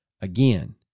Again